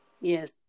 Yes